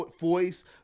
voice